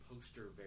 poster